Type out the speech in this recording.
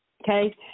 Okay